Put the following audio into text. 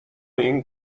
این